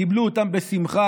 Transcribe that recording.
קיבלו אותם בשמחה,